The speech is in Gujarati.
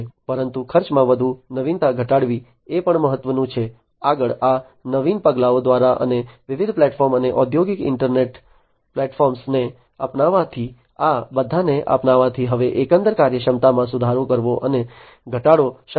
પરંતુ ખર્ચમાં વધુ નવીનતા ઘટાડવી એ પણ મહત્વનું છે આગળ આ નવીન પગલાઓ દ્વારા અને વિવિધ પ્લેટફોર્મ્સ અને ઔદ્યોગિક ઈન્ટરનેટ પ્લેટફોર્મને અપનાવવાથી આ બધાને અપનાવવાથી હવે એકંદર કાર્યક્ષમતામાં સુધારો કરવો અને ઘટાડો શક્ય છે